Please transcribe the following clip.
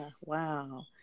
Wow